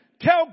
Tell